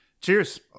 Cheers